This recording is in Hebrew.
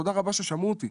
תודה רבה ששמעו אותי.